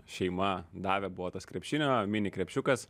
šeima davė buvo tas krepšinio mini krepšiukas